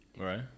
Right